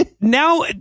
now